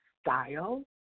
style